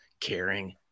caring